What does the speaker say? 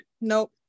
Nope